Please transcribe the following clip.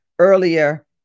earlier